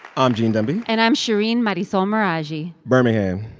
i'm gene demby and i'm shereen marisol meraji birmingham,